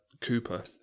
Cooper